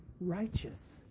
righteous